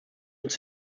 uns